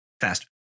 Fast